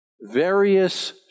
various